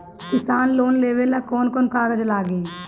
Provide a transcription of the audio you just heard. किसान लोन लेबे ला कौन कौन कागज लागि?